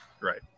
Right